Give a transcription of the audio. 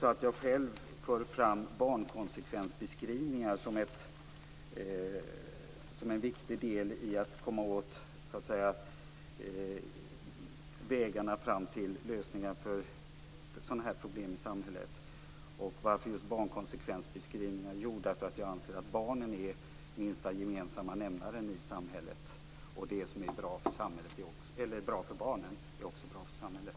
Jag för själv fram barnkonsekvensbeskrivningar som en viktig del i att komma fram på vägarna till lösningar på sådana här problem i samhället. Och varför för jag fram just barnkonsekvensbeskrivningar? Jo, det gör jag därför att jag anser att barnen är minsta gemensamma nämnaren i samhället. Det som är bra för barnen är också bra för samhället.